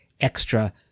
extra